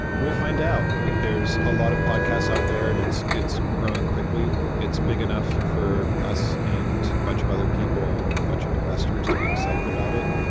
we'll fi nd out. there's a lot of podcasts out there and it's it's growing quickly. it's big enough for us and a bunch of other people and a bunch of investors to be excited about it.